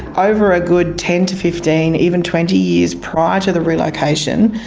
over a good ten to fifteen, even twenty years prior to the relocation,